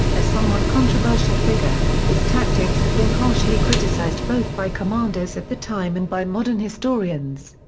a somewhat controversial figure, his tactics have been harshly criticized both by commanders at the time and by modern historians.